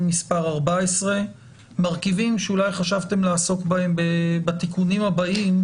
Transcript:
מס' 14 מרכיבים שאולי חשבתם לעסוק בהם בתיקונים הבאים,